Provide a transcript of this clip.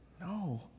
No